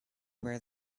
wear